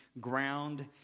ground